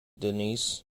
denise